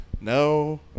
no